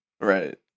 Right